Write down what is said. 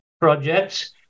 projects